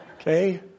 Okay